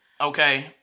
okay